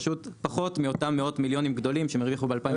פשוט פחות מאותם מאות מיליונים גדולים שהם הרוויחו ב-2020.